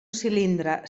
cilindre